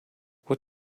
what